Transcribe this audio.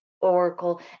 Oracle